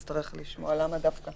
ופה נצטרך לשמוע למה דווקא